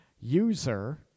user